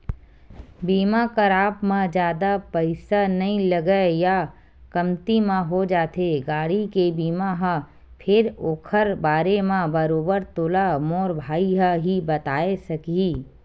बीमा कराब म जादा पइसा नइ लगय या कमती म हो जाथे गाड़ी के बीमा ह फेर ओखर बारे म बरोबर तोला मोर भाई ह ही बताय सकही